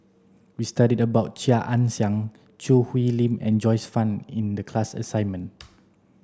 we studied about Chia Ann Siang Choo Hwee Lim and Joyce Fan in the class assignment